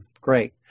Great